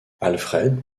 alfred